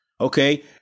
Okay